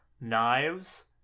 knives